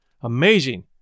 Amazing